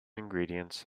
ingredients